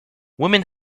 women